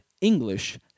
English